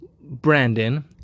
Brandon